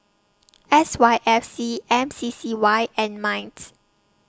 S Y F C M C C Y and Minds